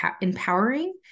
empowering